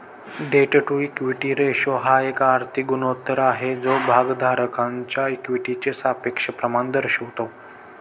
date to equity ratio हा एक आर्थिक गुणोत्तर आहे जो भागधारकांच्या इक्विटीचे सापेक्ष प्रमाण दर्शवतो